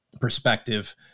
perspective